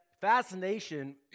fascination